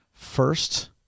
First